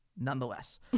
nonetheless